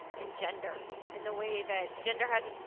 in gender and the way that gender hasn't,